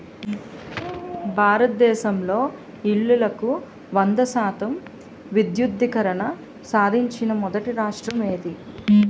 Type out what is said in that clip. భారతదేశంలో ఇల్లులకు వంద శాతం విద్యుద్దీకరణ సాధించిన మొదటి రాష్ట్రం ఏది?